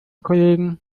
kollegen